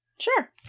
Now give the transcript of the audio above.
Sure